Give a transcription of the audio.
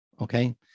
okay